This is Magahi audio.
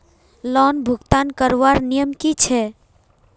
लोन भुगतान करवार नियम की छे?